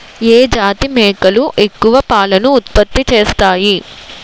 ఏ జాతి మేకలు ఎక్కువ పాలను ఉత్పత్తి చేస్తాయి?